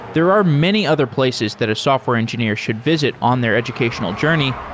there are many other places that a software engineer should visit on their educational journey,